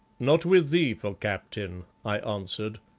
not with thee for captain, i answered.